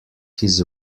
his